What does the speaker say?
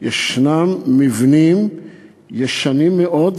יש מבנים ישנים מאוד,